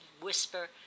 whisper